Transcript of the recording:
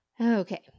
Okay